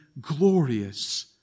glorious